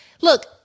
Look